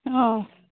অ'